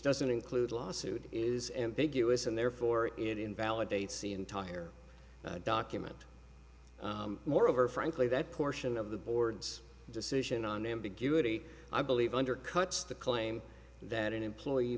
doesn't include lawsuit is ambiguous and therefore it invalidates the entire document moreover frankly that portion of the board's decision on ambiguity i believe undercuts the claim that an employee